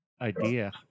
idea